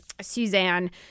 Suzanne